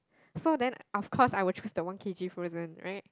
so then of course I will choose the one K_G frozen right